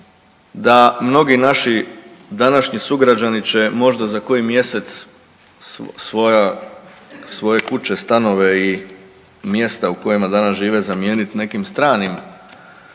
da mnogi naši današnji sugrađani će možda za koji mjesec svoje kuće, stanove i mjesta u kojima danas žive zamijenit nekim stranim domom